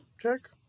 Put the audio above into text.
check